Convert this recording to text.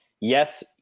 yes